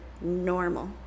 normal